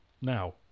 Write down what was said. now